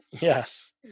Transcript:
yes